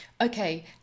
Okay